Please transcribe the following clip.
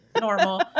normal